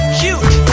cute